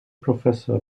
professor